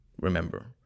remember